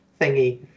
thingy